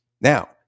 Now